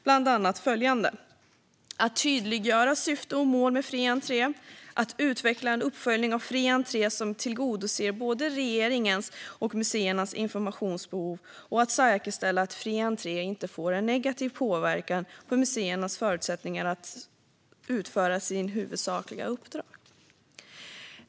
Bland dessa finns rekommendationer om att tydliggöra syfte och mål med fri entré, att utveckla en uppföljning av fri entré som tillgodoser både regeringens och museernas informationsbehov och att säkerställa att fri entré inte får en negativ påverkan på museernas förutsättningar att utföra sina huvudsakliga uppdrag.